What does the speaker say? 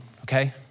okay